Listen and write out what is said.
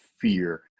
fear